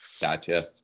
Gotcha